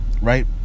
right